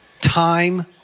Time